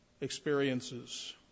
experiences